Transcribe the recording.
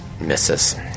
Misses